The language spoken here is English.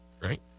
right